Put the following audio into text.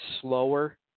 slower